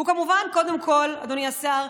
אדוני השר,